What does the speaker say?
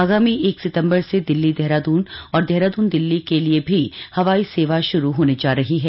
आगामी एक सितंबर से दिल्ली देहरादून और देहरादून दिल्ली के लिए भी हवाई शुरू होने जा रही है